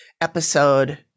episode